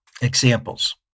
Examples